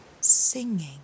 singing